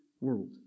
world